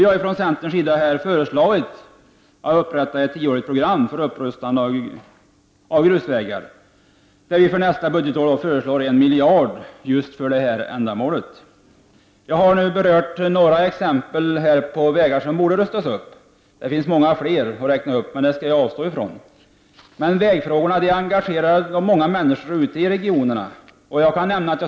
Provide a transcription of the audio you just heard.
Centern har föreslagit ett tioårigt program för upprustning av grusvägar. För nästa budgetår föreslår vi 1 miljard kronor för det ändamålet. Jag har här gett några exempel på vägar som bör rustas upp. Det finns många fler att räkna upp, men det skall jag avstå från. Vägfrågorna engagerar dock många människor ute i regionerna.